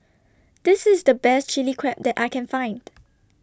This IS The Best Chili Crab that I Can Find